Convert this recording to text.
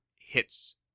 hits